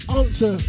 answer